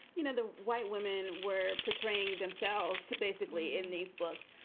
you know, the white women were portraying themselves basically in these books.